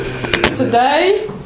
Today